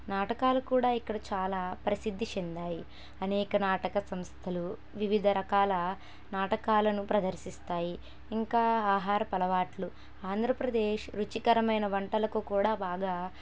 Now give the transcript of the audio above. నాటకాలు కూడా ఇక్కడ చాలా ప్రసిద్ది చెందాయి అనేక నాటక సంస్థలు వివిధ రకాల నాటకాలను ప్రదర్శిస్తాయి ఇంకా ఆహారపు అలవాట్లు ఆంధ్రప్రదేశ్ రుచికరమైన వంటలకు కూడా బాగా